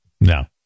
No